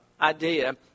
idea